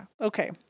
Okay